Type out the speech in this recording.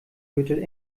gürtel